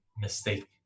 mistake